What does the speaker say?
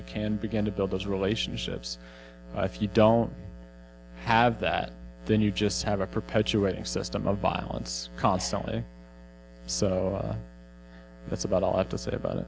you can begin to build those relationships if you don't have that then you just have a perpetuating system of violence constantly so that's about all i have to say about it